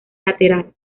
lateral